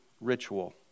ritual